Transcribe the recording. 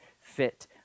fit